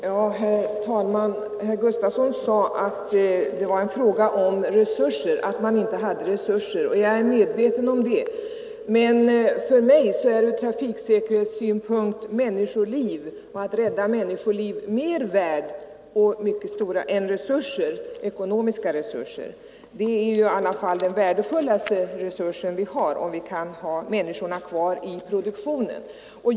Herr talman! Herr Sven Gustafson i Göteborg sade att man inte hade resurser att genomföra hela körkortsreformen i ett sammanhang, och jag är medveten om det. Men för mig är möjligheten att rädda människoliv mer värd än hänsynen till ekonomiska resurser. Det är i alla fall den värdefullaste resurs vi har, att människorna kan vara kvar i produktionen.